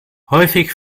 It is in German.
häufig